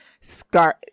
Scar